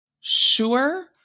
Sure